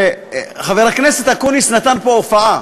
חבר הכנסת אקוניס נתן פה הופעה,